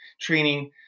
training